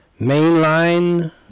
mainline